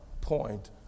point